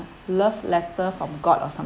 love letter from god or some